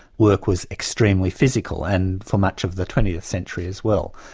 work was extremely physical and for much of the twentieth century as well.